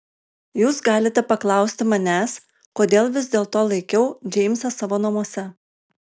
jūs galite paklausti manęs kodėl vis dėlto laikiau džeimsą savo namuose